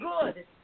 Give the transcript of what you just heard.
good